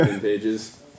pages